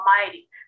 Almighty